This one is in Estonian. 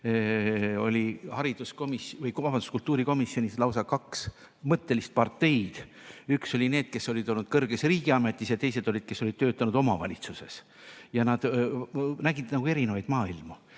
oli kultuurikomisjonis lausa kaks mõttelist parteid. Ühed olid need, kes olid olnud kõrges riigiametis, ja teised olid need, kes olid töötanud omavalitsuses. Nad nägid nagu erinevaid maailmu.